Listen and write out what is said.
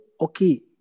okay